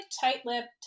tight-lipped